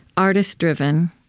artist-driven,